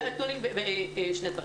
תנו לי בבקשה לסיים.